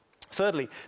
Thirdly